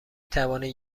توانید